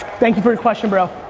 thank you for your question, bro.